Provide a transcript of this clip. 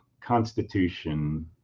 Constitution